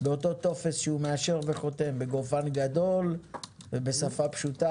בטופס שהוא מאשר, בגופן גדול ובשפה פשוטה.